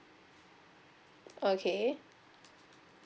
okay